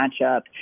matchup